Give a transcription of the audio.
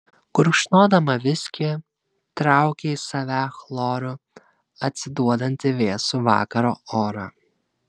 gurkšnodama viskį traukė į save chloru atsiduodantį vėsų vakaro orą